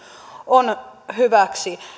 on hyväksi